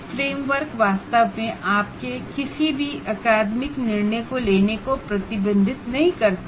framework वास्तव में आपके किसी भी एकेडमिक डिसिजन को प्रतिबंधित नहीं करता है